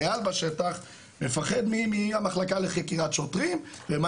החייל בשטח מפחד מהמחלקה לחקירת שוטרים ומה